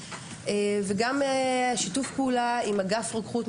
וגם שיתוף פעולה עם אגף רוקחות,